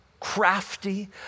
crafty